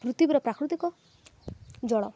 ପୃଥିବୀର ପ୍ରାକୃତିକ ଜଳ